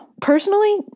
Personally